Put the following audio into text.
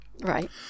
right